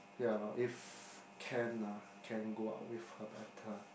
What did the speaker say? ya lor if can lah can go out with her better